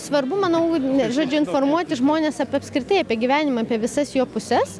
svarbu manau žodžiu informuoti žmones apie apskritai apie gyvenimą apie visas jo puses